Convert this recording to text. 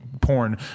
porn